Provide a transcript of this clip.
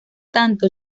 tanto